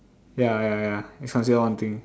ya ya ya it's considered one thing